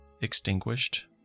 Extinguished